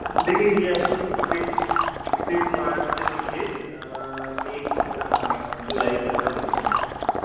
देखिये ये आपको इकतीस इकतीस मार्च से लेके एक जुलाई तक का भेजना पड़ेगा सर